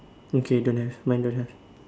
okay don't have mine don't have